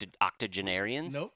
octogenarians